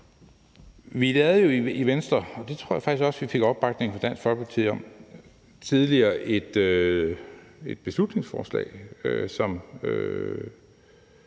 Vi lavede jo i Venstre, og det tror jeg faktisk også vi fik opbakning fra Dansk Folkeparti til, tidligere et beslutningsforslag, som